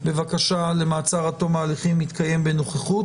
בבקשה למעצר עד תום ההליכים יתקיים בנוכחות.